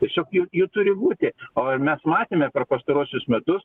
tiesiog jų jų turi būti o mes matėme per pastaruosius metus